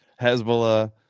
Hezbollah